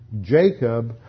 Jacob